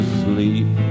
sleep